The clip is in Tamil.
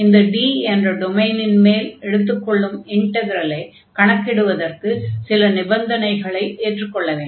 இந்த D என்ற டொமைனின் மேல் எடுத்துக் கொள்ளும் இன்டக்ரலைக் கணக்கிடுவதற்கு சில நிபந்தனைகளை ஏற்றுக்கொள்ள வேண்டும்